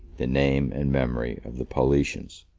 the name and memory of the paulicians.